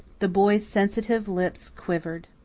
the boy's sensitive lips quivered.